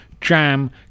jam